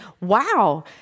wow